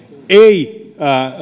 ei